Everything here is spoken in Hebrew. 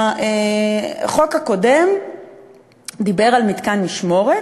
החוק הקודם דיבר על מתקן משמורת,